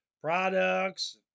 products